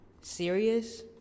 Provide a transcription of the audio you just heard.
serious